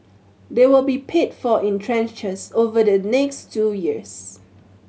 they will be paid for in tranches over the next two years